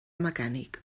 mecànic